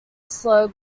slow